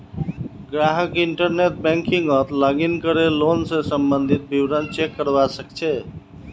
ग्राहक इंटरनेट बैंकिंगत लॉगिन करे लोन स सम्बंधित विवरण चेक करवा सके छै